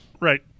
Right